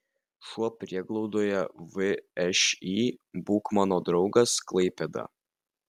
šuo prieglaudoje všį būk mano draugas klaipėda